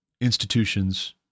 institutions